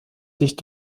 dicht